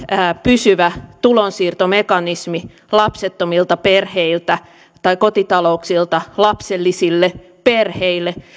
pysyvän tulonsiirtomekanismin lapsettomilta perheiltä tai kotitalouksilta lapsellisille perheille